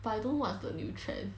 but I don't know what's the new trend